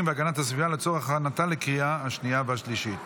והגנת הסביבה לצורך הכנתה לקריאה השנייה והשלישית.